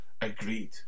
agreed